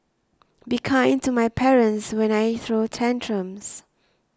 be kind to my parents when I throw tantrums